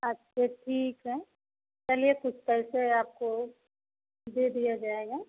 अच्छा ठीक है चलिए कुछ पैसे आपको दे दिया जाएगा